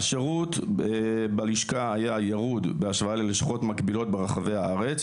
השירות בלשכה היה ירוד בהשוואה ללשכות מקבילות ברחבי הארץ.